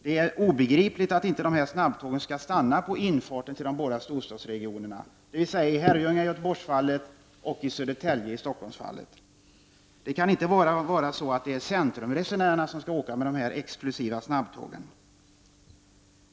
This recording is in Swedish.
Det är obegripligt att snabbtågen inte skall stanna i infartsorterna till de båda storstadsregionerna, dvs. i Herrljunga i Göteborgsfallet och i Södertälje i Stockholmsfallet. Det kan inte bara vara centrumresenärerna som skall få åka med de exklusiva snabbtågen.